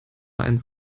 eins